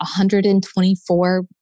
124